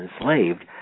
enslaved